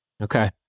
Okay